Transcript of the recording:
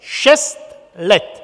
Šest let!